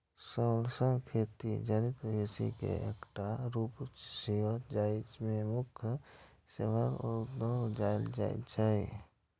शैवालक खेती जलीय कृषि के एकटा रूप छियै, जाहि मे मुख्यतः शैवाल उगाएल जाइ छै